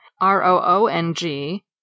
R-O-O-N-G